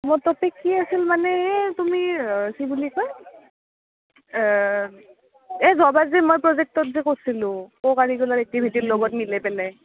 মোৰ টপিক কি আছিল মানে হেই কি বুলি কয় যোৱাবাৰ যে মই প্ৰজেক্টত কৰ্ছিলোঁ কো কাৰিকোলাৰ এক্টিভিটিৰ লগত মিলাই পেলাই